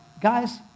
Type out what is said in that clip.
guys